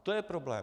To je problém.